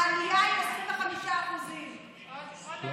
העלייה היא של 25%. פחות,